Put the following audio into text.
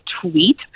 tweet